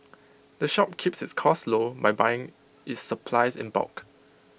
the shop keeps its costs low by buying its supplies in bulk